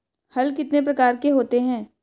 हल कितने प्रकार के होते हैं?